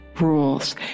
Rules